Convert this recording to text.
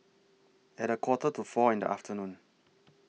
At A Quarter to four in The afternoon